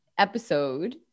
episode